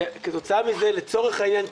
כתוצאה מזה לצורך העניין,